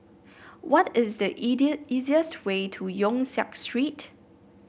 what is the easiest way to Yong Siak Street